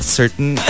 certain